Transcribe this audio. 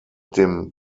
dem